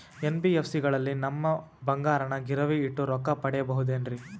NBFC ಗಳಲ್ಲಿ ನಮ್ಮ ಬಂಗಾರನ ಗಿರಿವಿ ಇಟ್ಟು ರೊಕ್ಕ ಪಡೆಯಬಹುದೇನ್ರಿ?